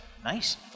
Nice